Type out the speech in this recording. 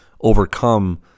overcome